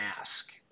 ask